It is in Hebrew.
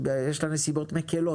יש לה נסיבות מקילות,